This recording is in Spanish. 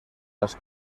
las